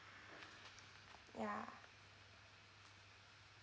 ya